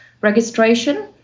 registration